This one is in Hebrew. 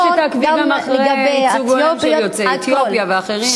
אנחנו נשמח אם תעקבי גם אחרי הייצוג ההולם של יוצאי אתיופיה ואחרים.